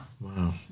Wow